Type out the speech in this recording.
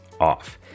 off